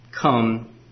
come